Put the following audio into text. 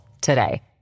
today